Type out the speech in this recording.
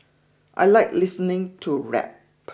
I like listening to rap